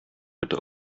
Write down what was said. bitte